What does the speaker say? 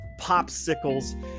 popsicles